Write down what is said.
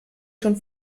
schon